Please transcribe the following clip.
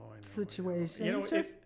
situation